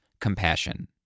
compassion